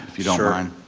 if you don't mind.